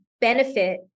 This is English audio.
benefit